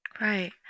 Right